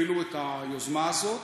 הובילו את היוזמה הזאת.